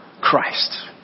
Christ